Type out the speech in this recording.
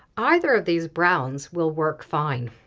either of these browns will work fine.